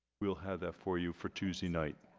we'll have that for you for tuesday night